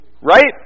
Right